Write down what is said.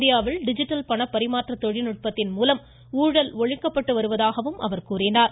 இந்தியாவில் டிஜிட்டல் பணப்பரிமாற்ற தொழில் நுட்பத்தின் மூலம் ஊழல் ஒழிக்கப்பட்டு வருவதாக கூறினார்